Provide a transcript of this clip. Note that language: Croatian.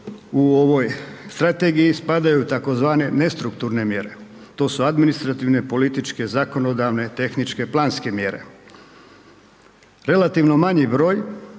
u ovoj Strategiji spadaju tzv. nestrukturne mjere. To su administrativne, političke, zakonodavne, tehničke, planske mjere. Relativno manji broj